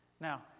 Now